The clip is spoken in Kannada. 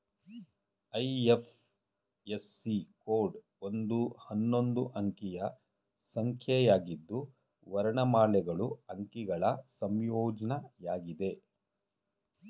ಐ.ಎಫ್.ಎಸ್.ಸಿ ಕೋಡ್ ಒಂದು ಹನ್ನೊಂದು ಅಂಕಿಯ ಸಂಖ್ಯೆಯಾಗಿದ್ದು ವರ್ಣಮಾಲೆಗಳು ಅಂಕಿಗಳ ಸಂಯೋಜ್ನಯಾಗಿದೆ